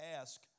ask